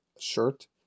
shirt